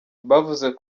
bavuze